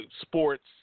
sports